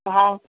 हा